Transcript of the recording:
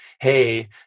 hey